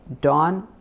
dawn